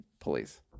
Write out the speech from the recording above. police